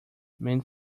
many